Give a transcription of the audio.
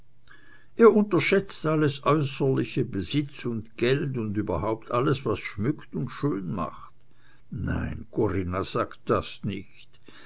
er unterschätzt alles äußerliche besitz und geld und überhaupt alles was schmückt und schön macht nein corinna sage das nicht